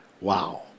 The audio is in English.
Wow